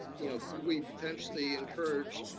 you know, could we potentially encourage